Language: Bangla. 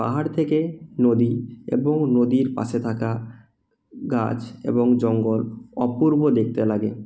পাহাড় থেকে নদী এবং নদীর পাশে থাকা গাছ এবং জঙ্গল অপূর্ব দেখতে লাগে